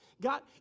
God